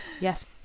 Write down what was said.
yes